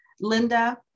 Linda